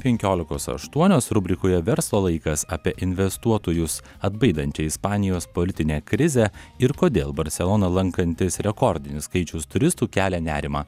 penkiolikos aštuonios rubrikoje verslo laikas apie investuotojus atbaidančią ispanijos politinę krizę ir kodėl barseloną lankantis rekordinis skaičius turistų kelia nerimą